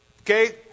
Okay